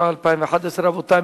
התשע"א 2011. רבותי,